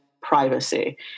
privacy